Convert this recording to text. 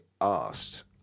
asked